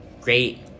great